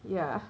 ya